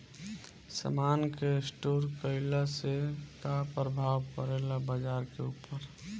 समान के स्टोर काइला से का प्रभाव परे ला बाजार के ऊपर?